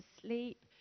sleep